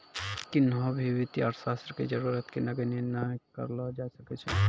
किन्हो भी वित्तीय अर्थशास्त्र के जरूरत के नगण्य नै करलो जाय सकै छै